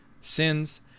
sins